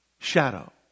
Shadow